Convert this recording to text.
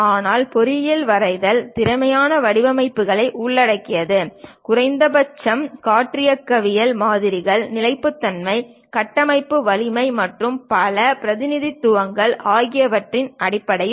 ஆனால் பொறியியல் வரைதல் திறமையான வடிவமைப்புகளை உள்ளடக்கியது குறைந்தபட்சம் காற்றியக்கவியல் மாதிரிகள் நிலைத்தன்மை கட்டமைப்பு வலிமை மற்றும் பல பிரதிநிதித்துவங்கள் ஆகியவற்றின் அடிப்படையில்